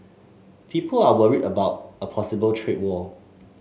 people are worried about a possible trade war